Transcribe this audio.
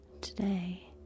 Today